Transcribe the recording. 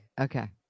Okay